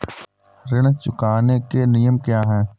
ऋण चुकाने के नियम क्या हैं?